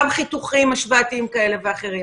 גם חיתוכים השוואתיים כאלה ואחרים.